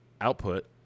output